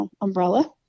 umbrella